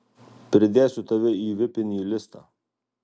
pridėsiu tave į vipinį listą